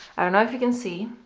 i don't know if you can see